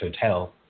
hotel